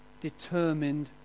determined